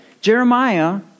Jeremiah